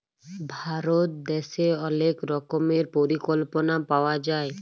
ভারত দ্যাশে অলেক রকমের পরিকল্পলা পাওয়া যায়